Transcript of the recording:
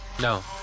No